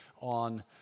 on